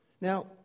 Now